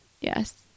yes